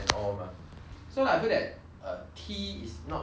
so like I feel that tea is not able to